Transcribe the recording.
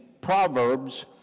Proverbs